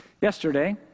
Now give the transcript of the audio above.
Yesterday